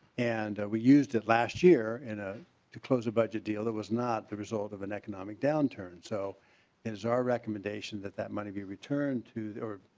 and we used it last year and a to close a budget deal that was not the result of an economic downturn so as our recommendation that that money be returned to their. but